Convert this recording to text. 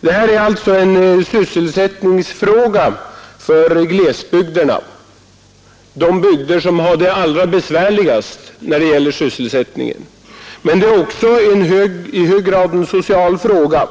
Det här är alltså en sysselsättningsfråga för glesbygderna, de bygder som har det allra besvärligast när det gäller sysselsättningen. Men det är också i hög grad en social fråga,